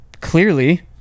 clearly